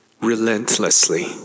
relentlessly